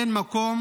אין מקום